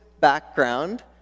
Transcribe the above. background